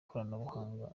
koranabuhanga